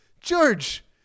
George